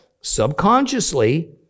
subconsciously